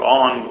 on